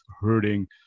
hurting